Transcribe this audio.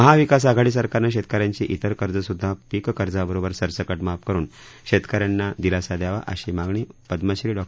महाविकास आघाडी सरकारनं शेतकऱ्यांची विर कर्ज सुद्धा पिक कर्जाबरोबर सरसकट माफ करून शेतकऱ्यांना दिलासा द्यावा अशी मागणी पद्मश्री डॉ